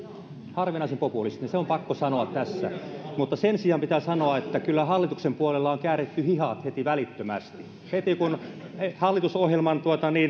harvinaisen populistinen se on pakko sanoa tässä sen sijaan pitää sanoa että kyllä hallituksen puolella on kääritty hihat heti välittömästi heti kun hallitusohjelman